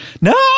No